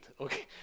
Okay